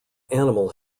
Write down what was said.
animal